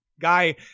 guy